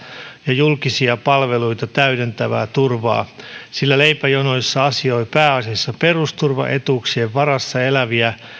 ja julkisia palveluita täydentävää turvaa sillä leipäjonoissa asioi pääasiassa perusturvaetuuksien varassa eläviä